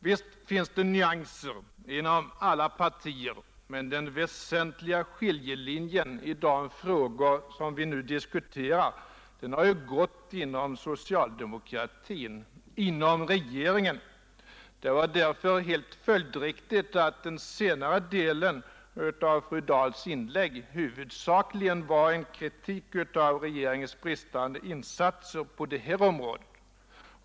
Visst förekommer nyanser inom alla partier, men den väsentliga skiljelinjen i de frågor vi nu diskuterar har ju gått inom socialdemokratin, inom regeringen. Det var därför helt följdriktigt att den senare delen av fru Dahls inlägg huvudsakligen blev en kritik av regeringens bristande insatser på det här området.